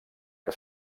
que